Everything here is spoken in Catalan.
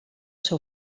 seu